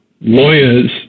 lawyers